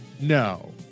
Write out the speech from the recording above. no